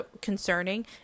concerning